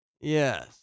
Yes